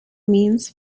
means